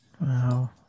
Wow